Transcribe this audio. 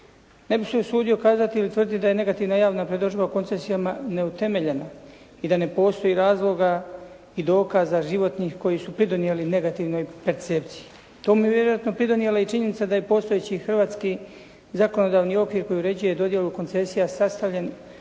Ne bih se usudio kazati i utvrditi da je negativna javna predodžba o koncesijama neutemeljena i da ne postoji razloga i dokaza životnih koji su pridonijeli negativnoj percepciji. Tome je vjerojatno pridonijela i činjenica da je postojeći hrvatski zakonodavni okvir koji uređuje dodjelu koncesija sastavljen